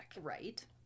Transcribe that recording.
Right